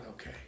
okay